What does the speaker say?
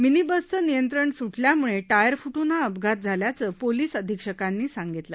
mini बसचं नियंत्रण सुटल्यामुळे टायर फुटून हा अपघात झाल्याचं पोलिस अध्यक्षकांनी सांगितलं